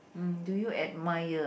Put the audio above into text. mm do you admire